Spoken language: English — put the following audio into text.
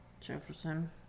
Jefferson